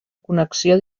connexió